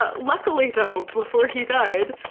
but luckily, though, before he died,